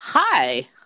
hi